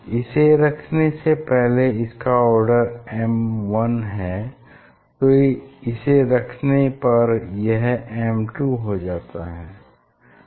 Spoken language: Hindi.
इसे रखने से पहले इसका आर्डर m1 है तो इसे रखने पर यह m2 हो जाता है